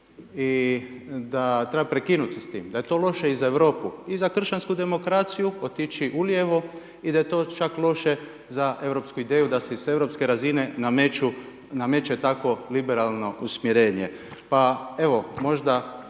i da treba prekinuti s tim, da je to loše i za Europu, i za kršćansku demokraciju otići ulijevo i da je to čak loše za europsku ideju da se i s europske razine nameću, nameće takvo liberalno usmjerenja. Pa evo, možda